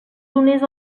donés